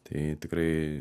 tai tikrai